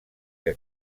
que